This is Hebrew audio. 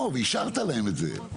ואישרת להם את זה.